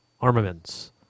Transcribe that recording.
armaments